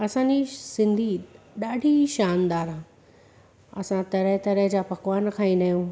असांजी सिंधी ॾाढी शानदार आहे असां तरह तरह जा पकवान खाईंदा आहियूं